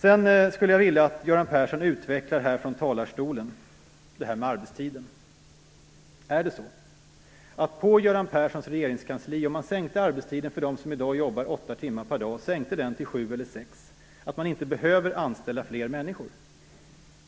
Jag skulle också vilja att Göran Persson från denna talarstol utvecklade frågan om arbetstiden. Om man på Göran Perssons regeringskansli sänkte arbetstiden för dem som i dag jobbar 8 timmar till 7 eller 6 timmar per dag, skulle man då inte behöva fler människor?